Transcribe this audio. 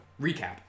recap